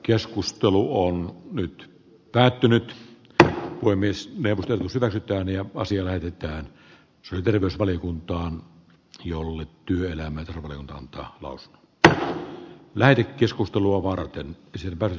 keskustelu on nyt päätynyt että voi myös de remusa väritön ja basie levyttään xl terveysvaliokuntaan jolle työelämä ja valinta antaa louise ne kuuluvat eri sektoreille